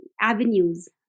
avenues